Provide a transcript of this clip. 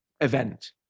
event